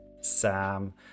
sam